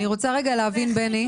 אני רוצה רגע להבין בני.